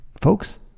folks